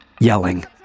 yelling